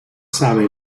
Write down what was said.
sabe